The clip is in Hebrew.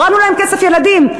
הורדנו להם כסף לילדים.